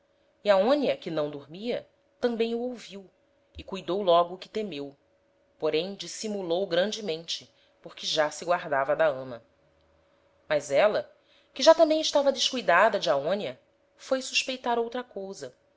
e aonia que não dormia tambem o ouviu e cuidou logo o que temeu porém dissimulou grandemente porque já se guardava da ama mas éla que já tambem estava descuidada de aonia foi suspeitar outra cousa